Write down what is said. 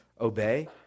obey